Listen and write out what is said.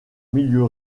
milieu